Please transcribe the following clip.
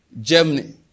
Germany